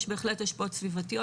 יש בהחלט השפעות סביבתיות.